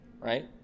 Right